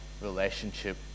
relationship